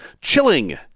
Chilling